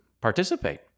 participate